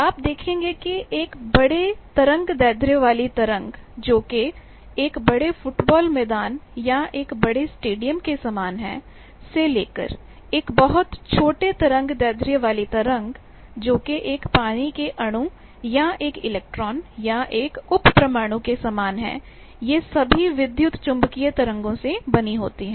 आप देखेंगे कि एक बड़े तरंगदैर्घ्य वाली तरंग जोकि एक बड़े फुटबॉल मैदान या एक बड़े स्टेडियम के समान है से लेकर एक बहुत छोटे तरंगदैर्घ्य वाली तरंग जोकि एक पानी के अणु या एक इलेक्ट्रॉन या एक उप परमाणु के समान है ये सभी विद्युत चुम्बकीय तरंगों से बनी होती हैं